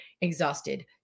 exhausted